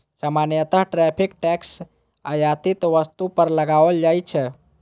सामान्यतः tariff tax आयातित वस्तु पर लगाओल जाइ छै